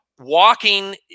Walking